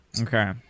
Okay